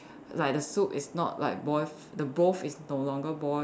like the soup is not like boiled the broth is no longer boiled